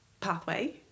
pathway